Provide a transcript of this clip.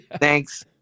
Thanks